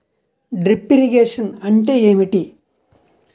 Drip irrigation అంటే ఏమిటి?